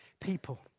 people